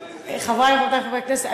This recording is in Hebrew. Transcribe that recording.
חברי וחברותי חברי הכנסת,